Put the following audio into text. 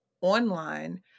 online